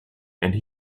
and